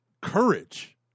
courage